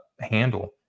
handle